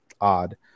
odd